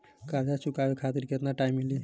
कर्जा चुकावे खातिर केतना टाइम मिली?